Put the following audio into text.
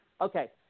Okay